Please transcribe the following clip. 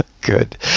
good